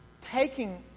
taking